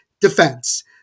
Defense